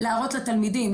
להראות לתלמידים,